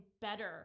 better